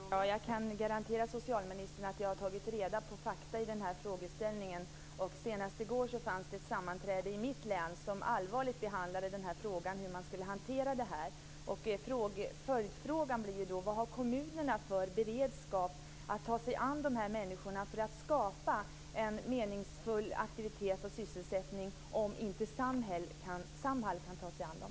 Fru talman! Jag kan garantera socialministern att jag har tagit reda på fakta i den här frågeställningen. Senast i går var det ett sammanträde i mitt län som allvarligt behandlade frågan om hur man skulle hantera det här. Följdfrågan blir ju då: Vad har kommunerna för beredskap att ta sig an de här människorna för att skapa en meningsfull aktivitet och sysselsättning om inte Samhall kan ta sig an dem?